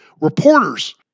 Reporters